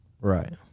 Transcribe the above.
Right